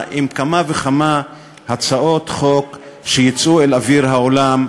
עם כמה וכמה הצעות חוק שיצאו אל אוויר העולם,